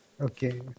Okay